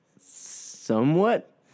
somewhat